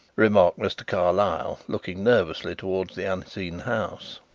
remarked mr. carlyle, looking nervously toward the unseen house,